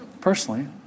Personally